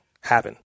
happen